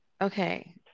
Okay